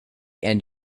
end